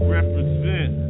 Represent